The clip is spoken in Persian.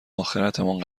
آخرتمان